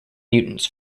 mutants